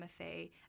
MFA